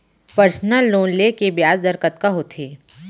Personal loan ले के ब्याज दर कतका होथे?